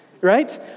right